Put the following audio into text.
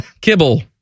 kibble